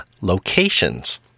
locations